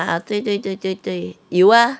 ah 对对对对对有啊